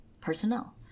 personnel